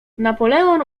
napoleon